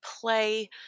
play